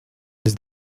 does